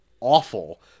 awful